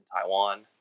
taiwan